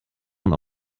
man